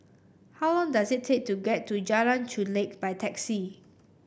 how long does it take to get to Jalan Chulek by taxi